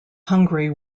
hungary